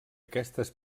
aquestes